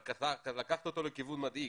אבל לקחת אותו לכיוון מדאיג.